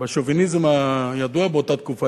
בשוביניזם הידוע באותה תקופה,